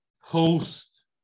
host